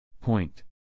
Point